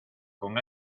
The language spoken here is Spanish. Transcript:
con